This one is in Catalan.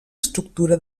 estructura